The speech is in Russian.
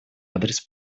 адрес